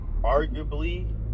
arguably